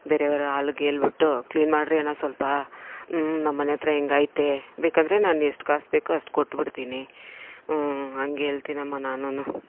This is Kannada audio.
ಬೇರೆಯವ್ರು ಆಲಗ ಹೇಳ್ಬಿಟ್ಟು ಕ್ಲೀನ್ ಮಾಡ್ರಿ ಅಣ್ಣ ಸ್ವಲ್ಪ ನಮ್ಮನೆ ಹತ್ರ ಹಿಂಗೈತೆ ಬೇಕಾದ್ರೆ ನಾನು ಎಷ್ಟು ಕಾಸು ಬೇಕೋ ಅಷ್ಟು ಕೊಟ್ಬಿಡ್ತೀನಿ ಹಂಗೇಳ್ತಿನಮ್ಮ ನಾನೂ